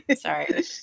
Sorry